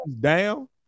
down